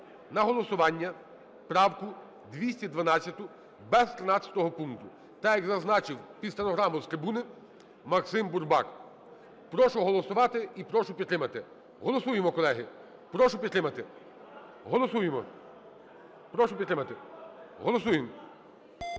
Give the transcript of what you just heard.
на голосування правку 212 без 13 пункту, так, як зазначив під стенограму з трибуни Максим Бурбак. Прошу голосувати і прошу підтримати. Голосуємо, колеги. Прошу підтримати. Голосуємо. Прошу підтримати. Голосуємо.